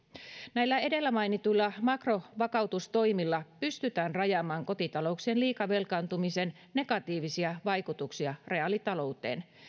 näillä edellä mainituilla makrovakautustoimilla pystytään rajaamaan kotitalouksien liikavelkaantumisen negatiivisia vaikutuksia reaalitalouteen